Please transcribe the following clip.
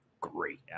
great